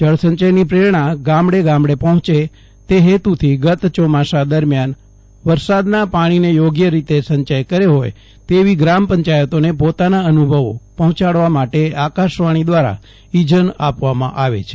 જળસંચયની પ્રેરણા ગામડે ગામડે પહોંચે તે હેતુથી ગત ચોમાસા દરમિયાન વરસાદના પાણીને યોગ્ય રીતે સંયય કર્યો હતો તેવી ગ્રામ પંચાયતોને પોતાના અનુભવો પહોંચાડવા માટે આકાશવાણી દ્વારા ઇજન આપવામાં આવે છે